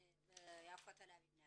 --- יפו תל אביב.